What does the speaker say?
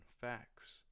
facts